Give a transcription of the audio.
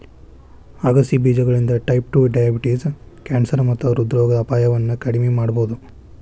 ಆಗಸೆ ಬೇಜಗಳಿಂದ type two diabetes, cancer ಮತ್ತ ಹೃದ್ರೋಗದ ಅಪಾಯವನ್ನ ಕಡಿಮಿ ಮಾಡಬೋದು